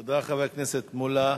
תודה, חבר הכנסת מולה.